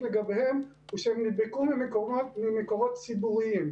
לגביהם הוא שהם נדבקו ממקורות ציבוריים,